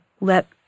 Let